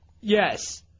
Yes